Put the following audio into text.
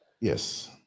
yes